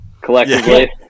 collectively